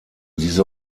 diese